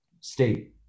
state